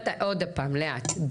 מתי, עוד פעם, לאט.